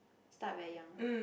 start very young